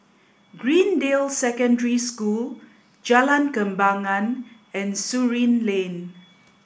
Greendale Secondary School Jalan Kembangan and Surin Lane